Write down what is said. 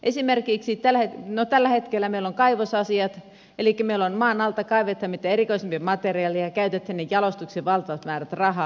esimerkiksi tällä hetkellä meillä on kaivosasiat elikkä meillä maan alta kaivetaan mitä erikoisimpia materiaaleja käytetään niiden jalostukseen valtavat määrät rahaa